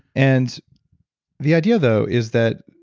and the idea though is that,